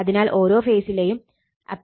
അതിനാൽ ഓരോ ഫേസിലെയും apparent power Sp Vp Ip ആണ്